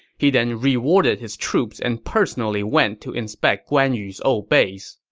he then rewarded his troops and personally went to inspect guan yu's old base.